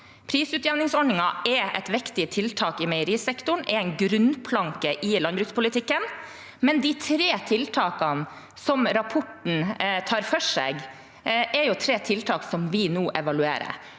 ligge fast. Den er et viktig tiltak i meierisektoren og en bunnplanke i landbrukspolitikken, men de tre tiltakene rapporten tar for seg, er tre tiltak som vi nå evaluerer.